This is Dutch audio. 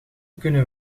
kunnen